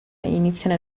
inizia